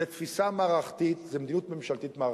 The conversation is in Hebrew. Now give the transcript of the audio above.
זה תפיסה מערכתית, זה מדיניות ממשלתית מערכתית.